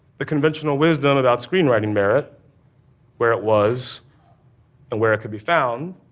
the conventional wisdom about screenwriting merit where it was and where it could be found,